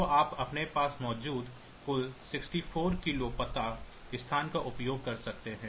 तो आप अपने पास मौजूद कुल 64 k पता स्थान का उपयोग कर सकते हैं